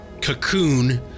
cocoon